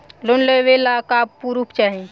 Loan लेवे ला का पुर्फ चाही?